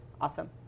Awesome